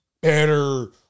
better